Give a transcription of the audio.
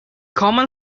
common